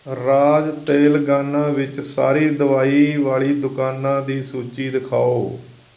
ਰਾਜ ਤੇਲੰਗਾਨਾ ਵਿੱਚ ਸਾਰੀ ਦਵਾਈ ਵਾਲੀ ਦੁਕਾਨਾਂ ਦੀ ਸੂਚੀ ਦਿਖਾਓ